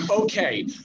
Okay